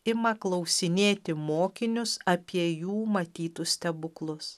ima klausinėti mokinius apie jų matytus stebuklus